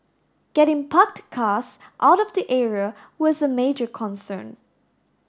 getting parked cars out of the area was a major concern